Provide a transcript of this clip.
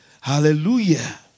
Hallelujah